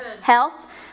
health